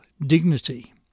Dignity